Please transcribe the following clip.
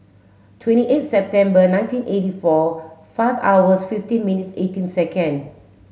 twenty eight September nineteen eighty four five hours fifteen minutes eighteen second